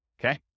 okay